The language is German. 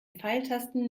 pfeiltasten